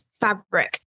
fabric